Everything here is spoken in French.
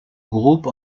groupe